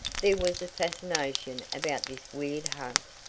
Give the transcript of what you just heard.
there was a fascination about this weird hunt.